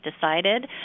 decided